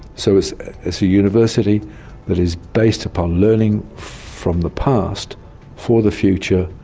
so it's it's a university that is based upon learning from the past for the future,